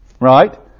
Right